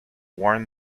warn